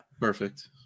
Perfect